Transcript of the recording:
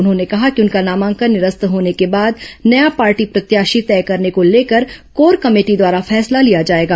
उन्होंने कहा कि उनका नामांकन निरस्त होने के बाद नया पार्टी प्रत्याशी तय करने को लेकर कोर कमेटी द्वारा फैसला लिया जाएगा